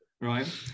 Right